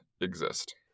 exist